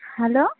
hello